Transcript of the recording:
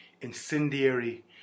incendiary